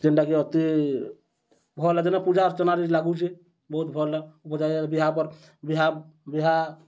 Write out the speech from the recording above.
ଯେନ୍ଟାକି ଅତି ଭଲ୍ ଯେନ୍ ପୂଜା ଅର୍ଚ୍ଚନା ଲାଗୁଛେ ବହୁତ୍ ଭଲ୍ ଉପ୍ରେ ବିହା ବିହା ବିହା